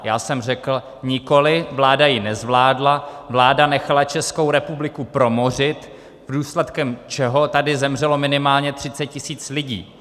Já jsem řekl: Nikoliv, vláda ji nezvládla, vláda nechala Českou republiku promořit, důsledkem čehož tady zemřelo minimálně 30 tisíc lidí.